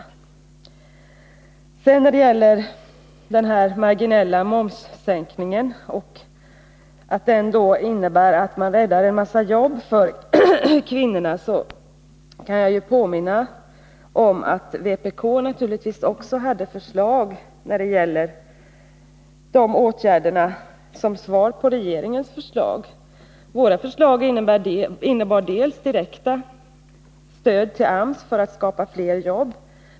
Arbetsmarknadsministern sade att den marginella momssänkningen räddar en massa jobb för kvinnorna. Vpk lade också fram förslag med anledning av regeringens proposition. Våra förslag innebar ett direkt stöd till AMS för att skapa fler jobb.